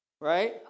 Right